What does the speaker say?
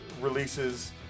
releases